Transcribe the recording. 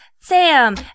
Sam